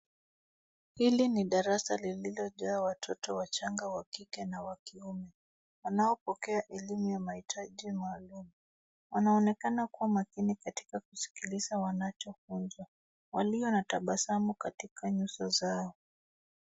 Hili ni darasa lililojaa watoto wachanga wa kike na kiume, wanaopokea elimu ya mahitaji maalumu. Wanaonekana kua makini katika kusikiliza wanachofunzwa, walio na tabasamu katika nyuso zao.